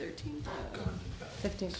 thirteen fifteen